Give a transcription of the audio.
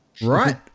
Right